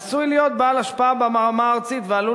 עשוי להיות בעל השפעה ברמה הארצית ועלול